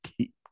keep